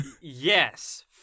Yes